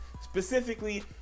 specifically